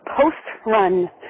post-run